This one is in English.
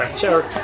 sure